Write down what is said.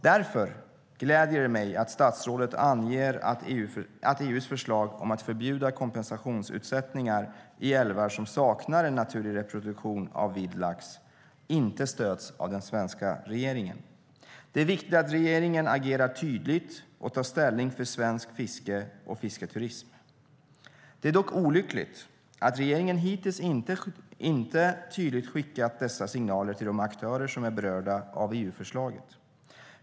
Därför gläder det mig att statsrådet anger att EU:s förslag om att förbjuda kompensationsutsättningar i älvar som saknar en naturlig reproduktion av vild lax inte stöds av den svenska regeringen. Det är viktigt att regeringen agerar tydligt och tar ställning för svenskt fiske och svensk fisketurism. Det är dock olyckligt att regeringen hittills inte tydligt skickat dessa signaler till de aktörer som är berörda av EU-förslaget.